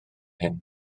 hyn